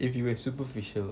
if you're superficial